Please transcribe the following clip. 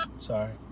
Sorry